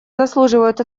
заслуживают